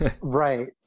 Right